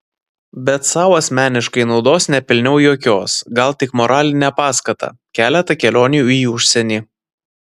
bet sau asmeniškai naudos nepelniau jokios gal tik moralinę paskatą keletą kelionių į užsienį